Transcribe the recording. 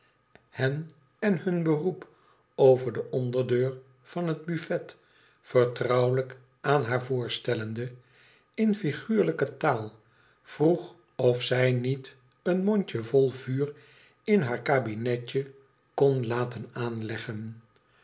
hen en hun beroep over de onderdeur van het buffet vertrouwelijk aan haar voorstellende in figuurlijke taal vroeg of zij niet een mondjevol vuur in haar kabinetje kon laten aanleggen